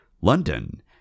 London